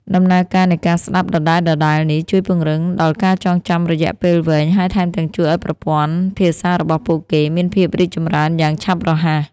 ដំណើរការនៃការស្ដាប់ដដែលៗនេះ ជួយពង្រឹងដល់ការចងចាំរយៈពេលវែង ហើយថែមទាំងជួយឱ្យប្រព័ន្ធភាសារបស់ពួកគេមានភាពរីកចម្រើនយ៉ាងឆាប់រហ័ស